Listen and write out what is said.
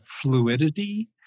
fluidity